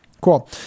Cool